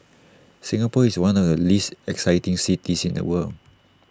Singapore is one of the least exciting cities in the world